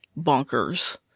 bonkers